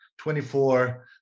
24